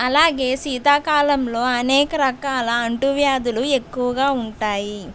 అలాగే శీతాకాలంలో అనేక రకాల అంటూ వ్యాధులు ఎక్కువగా ఉంటాయి